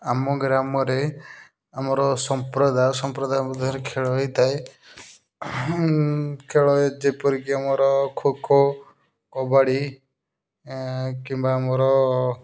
ଆମ ଗ୍ରାମରେ ଆମର ସମ୍ପ୍ରଦାୟ ସମ୍ପ୍ରଦାୟ ମଧ୍ୟରେ ଖେଳ ହୋଇଥାଏ ଖେଳ ଯେପରିକି ଆମର ଖୋ ଖୋ କବାଡ଼ି କିମ୍ବା ଆମର